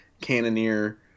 Cannoneer